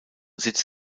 sitz